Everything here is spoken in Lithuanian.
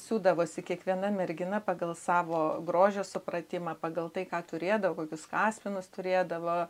siūdavosi kiekviena mergina pagal savo grožio supratimą pagal tai ką turėdavo kokius kaspinus turėdavo